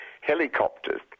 helicopters